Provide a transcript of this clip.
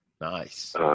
Nice